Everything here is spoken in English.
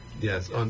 Yes